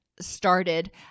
started